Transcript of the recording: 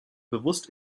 bewusst